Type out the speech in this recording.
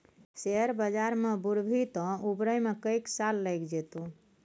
share बजार मे बुरभी तँ उबरै मे कैक साल लगि जेतौ